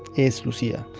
is lucia.